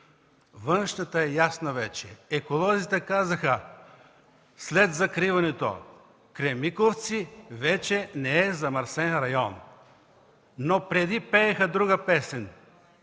Външната е ясна вече. Еколозите казаха: след закриването „Кремиковци” вече не е замърсен район, но преди пееха друга песен,